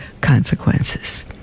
consequences